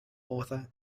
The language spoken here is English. author